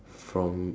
from